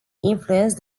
influence